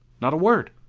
not a word!